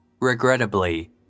Regrettably